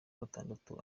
gatandatu